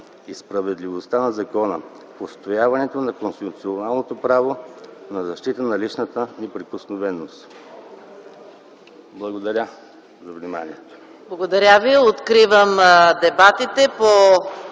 и справедливостта на закона, в устояването на конституционното право на защита на личната неприкосновеност. Благодаря за вниманието.